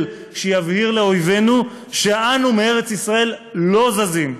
שיבהיר לאויבינו שאנו מארץ-ישראל לא זזים.